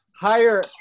Higher